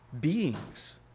beings